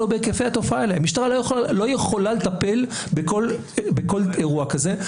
המשטרה לא יכולה לטפל בכל אירוע כזה.